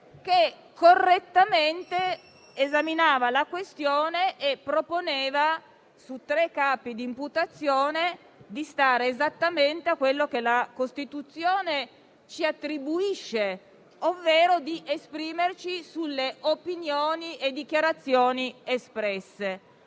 che correttamente esaminava la questione e proponeva, su tre capi di imputazione, di stare esattamente a quello che la Costituzione ci attribuisce, ovvero di esprimerci sulle opinioni e dichiarazioni espresse.